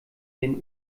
den